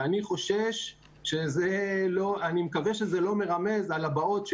ואני מקווה שזה לא מרמז על הבאות,